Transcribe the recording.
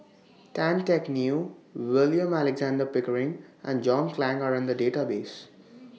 Tan Teck Neo William Alexander Pickering and John Clang Are in The Database